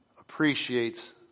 appreciates